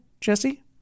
Jesse